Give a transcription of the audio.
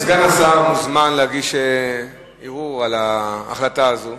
סגן השר מוזמן להגיש ערעור על ההחלטה הזו.